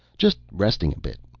just resting a bit.